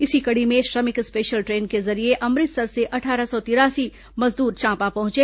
इसी कड़ी में श्रमिक स्पेशल ट्रेन के जरिये अमृतसर से अट्ठारह सौ तिरासी मजदूर चांपा पहुंचे